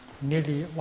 nearly